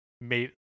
made